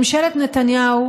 ממשלת נתניהו